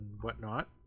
whatnot